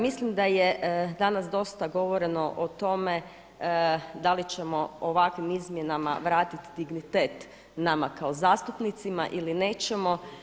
Mislim da je danas dosta govoreno o tome da li ćemo ovakvim izmjenama vratiti dignitet dignitet nama kao zastupnicima ili nećemo.